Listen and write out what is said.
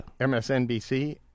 MSNBC